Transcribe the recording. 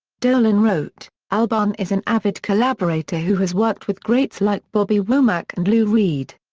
dolan wrote albarn is an avid collaborator who has worked with greats like bobby womack and lou reed.